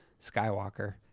Skywalker